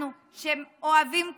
אנחנו שאוהבים קבוצות,